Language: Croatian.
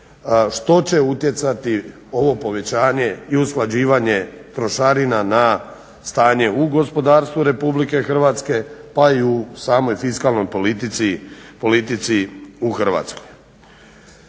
što će utjecati ovo povećanje i usklađivanje trošarina na stanje u gospodarstvu RH pa i u samoj fiskalnoj politici u Hrvatskoj.